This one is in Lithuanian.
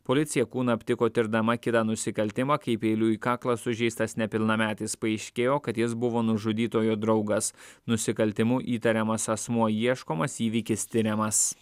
policija kūną aptiko tirdama kitą nusikaltimą kai peiliu į kaklą sužeistas nepilnametis paaiškėjo kad jis buvo nužudytojo draugas nusikaltimu įtariamas asmuo ieškomas įvykis tiriamas